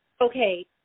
okay